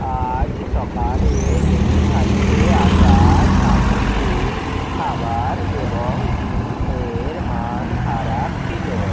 আজ সকালে ডেলিভারিতে আসা সামুদ্রিক খাবার এবং ডিম এর মান খারাপ ছিল